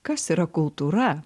kas yra kultūra